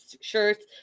shirts